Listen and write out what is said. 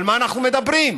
על מה אנחנו מדברים?